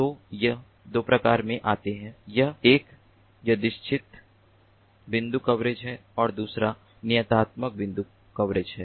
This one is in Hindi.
तो यह दो प्रकार में आता है एक यादृच्छिक बिंदु कवरेज है और दूसरा नियतात्मक बिंदु कवरेज है